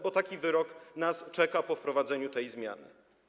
Bo taki wyrok nas czeka po wprowadzeniu tej zmiany.